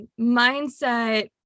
mindset